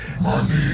money